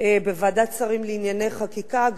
בוועדת שרים לענייני חקיקה,